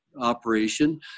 operation